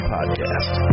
Podcast